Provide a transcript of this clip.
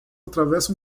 atravessa